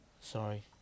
Sorry